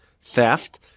theft